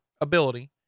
ability